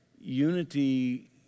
unity